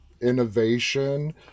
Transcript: innovation